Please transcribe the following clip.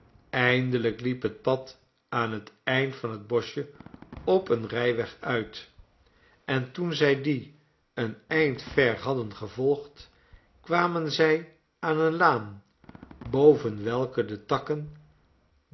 eindelijk liep het pad aan het eind van het boschje op een rijweg uit en toen zij dien een eind ver hadden gevolgd kwamen zij aan eene laan boven welke de takken